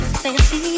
fancy